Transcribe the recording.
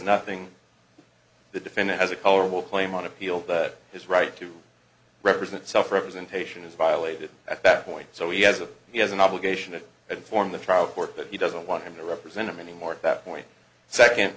nothing the defendant has a color will claim on appeal that his right to represent suffer representation is violated at that point so he has a he has an obligation to inform the trial court that he doesn't want to represent him anymore at that point second